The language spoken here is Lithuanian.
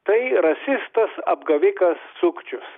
tai rasistas apgavikas sukčius